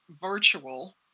virtual